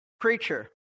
preacher